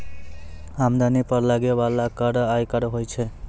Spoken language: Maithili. आमदनी पर लगै बाला कर आयकर होय छै